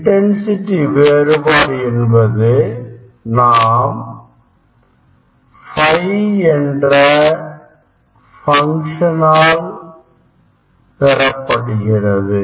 intensity வேறுபாடு என்பது நாம் ∅ என்ற பங்க்ஷன் ஆல் பெறப்படுகிறது